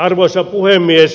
arvoisa puhemies